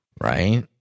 right